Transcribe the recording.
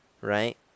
Right